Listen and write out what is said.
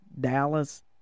Dallas